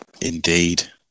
Indeed